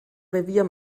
revier